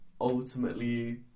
ultimately